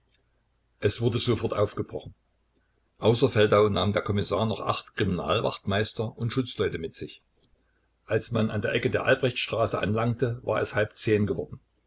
es wurde sofort aufgebrochen außer feldau nahm der kommissar noch acht kriminalwachtmeister und schutzleute mit sich als man an der ecke der albrechtstraße anlangte war es geworden